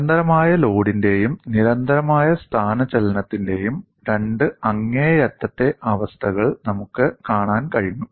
നിരന്തരമായ ലോഡിന്റെയും നിരന്തരമായ സ്ഥാനചലനത്തിന്റെയും രണ്ട് അങ്ങേയറ്റത്തെ അവസ്ഥകൾ നമുക്ക് കാണാൻ കഴിഞ്ഞു